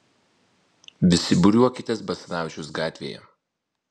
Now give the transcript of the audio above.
visi būriuokitės basanavičiaus gatvėje